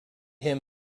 him